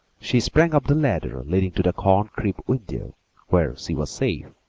she sprang up the ladder leading to the corn-crib window, where she was safe,